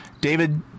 David